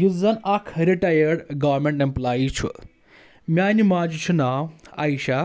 یُس زن اکھ رِٹایڈ گورمینٹ ایمپلاے چھُ میانہِ ماجہِ چھُ ناو آیشا